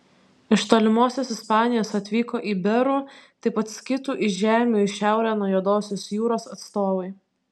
iš tolimosios ispanijos atvyko iberų taip pat skitų iš žemių į šiaurę nuo juodosios jūros atstovai